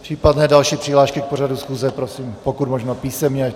Případné další přihlášky k pořadu schůze prosím pokud možno písemně.